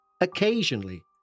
occasionally